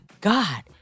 God